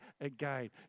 again